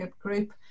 Group